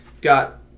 got